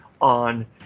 on